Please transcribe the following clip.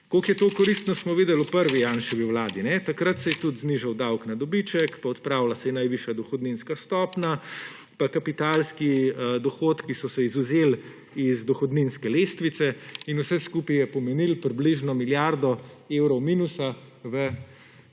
Koliko je to koristno, smo videli v prvi Janševi vladi. Takrat se je tudi znižal davek na dobiček pa odpravila se je najvišja dohodninska stopnja pa kapitalski dohodki so se izvzeli iz dohodninske lestvice in vse skupaj je pomenilo približno milijardo evrov minusa v